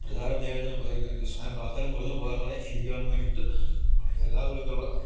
പ്രചാരം നേടുന്നതിനും അതിന് പ്രാധാന്യം കുറഞ്ഞു പോകാതെ ഇരിക്കുവാൻ വേണ്ടിയിട്ട് എല്ലാ വിധത്തിലുള്ള